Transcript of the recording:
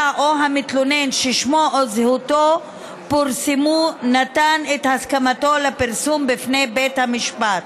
או המתלונן ששמו או זהותו פורסמו נתן את הסכמתו לפרסום בפני בית המשפט,